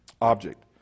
object